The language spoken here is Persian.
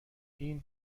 این